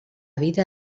vida